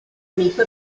amico